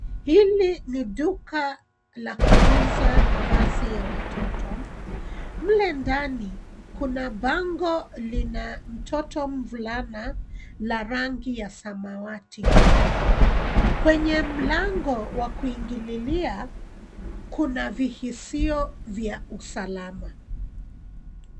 Hili ni duka la kuuza mavazi ya watoto, mle ndani kunabango lina mtoto mvulana la rangi ya samawati. Kwenye mlango wa kuingililia kuna vihisio vya usalama.